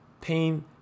pain